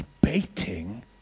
debating